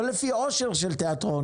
לא לפי עושר של תיאטרון.